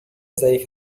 ضعیف